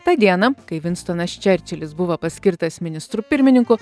tą dieną kai vinstonas čerčilis buvo paskirtas ministru pirmininku